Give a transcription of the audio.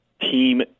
team